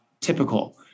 typical